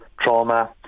trauma